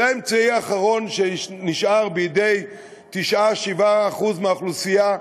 זה האמצעי האחרון שנשאר בידי 7% 9% מהאוכלוסייה,